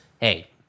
hey